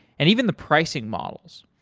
and even the pricing models.